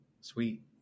Sweet